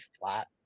flat